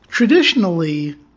Traditionally